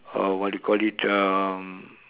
uh what do you call it um